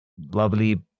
lovely